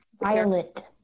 violet